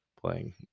playing